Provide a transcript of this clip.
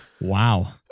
Wow